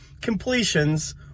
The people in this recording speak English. completions